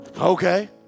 Okay